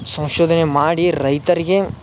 ಸಂಶೋಧನೆ ಮಾಡಿ ರೈತರಿಗೆ